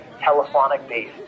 telephonic-based